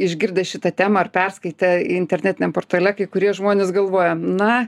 išgirdę šitą temą ar perskaitę internetiniam portale kai kurie žmonės galvoja na